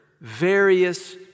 various